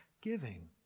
giving